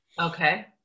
Okay